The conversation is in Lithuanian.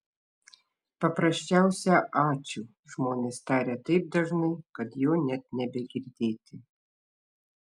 paprasčiausią ačiū žmonės taria taip dažnai kad jo net nebegirdėti